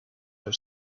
her